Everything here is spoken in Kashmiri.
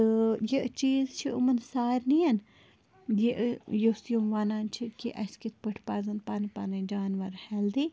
تہٕ یہِ چیٖز چھِ یِمَن سارنٕے یہِ یُس یِم وَنان چھِ کہِ اَسہِ کِتھ پٲٹھۍ پَزَن پَنٕنۍ پَنٕنۍ جانوَر ہیٚلدی